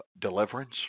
Deliverance